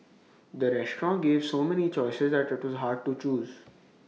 the restaurant gave so many choices that IT was hard to choose